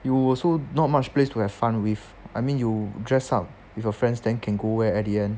you also not much place to have fun with I mean you dress up with your friends then can go where at the end